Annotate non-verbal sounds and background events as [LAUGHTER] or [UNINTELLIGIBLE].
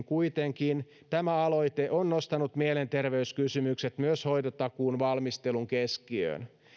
[UNINTELLIGIBLE] kuitenkin tämä aloite on nostanut mielenterveyskysymykset myös hoitotakuun valmistelun keskiöön